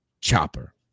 chopper